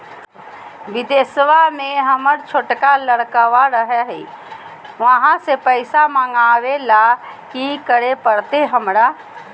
बिदेशवा में हमर छोटका लडकवा रहे हय तो वहाँ से पैसा मगाबे ले कि करे परते हमरा?